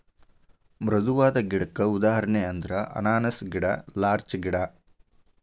ಮೃದುವಾದ ಗಿಡಕ್ಕ ಉದಾಹರಣೆ ಅಂದ್ರ ಅನಾನಸ್ ಗಿಡಾ ಲಾರ್ಚ ಗಿಡಾ